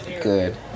good